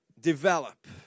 develop